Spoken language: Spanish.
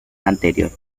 anterior